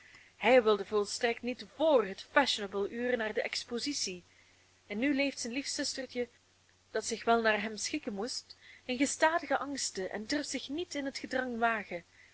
hij wilde volstrekt niet vr het fashionable uur naar de expositie en nu leeft zijn lief zustertje dat zich wel naar hem schikken moest in gestadige angsten en durft zich niet in het gedrang wagen